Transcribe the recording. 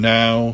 now